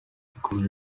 yakomeje